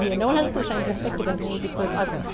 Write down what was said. yeah no one has the same perspective as me because i've,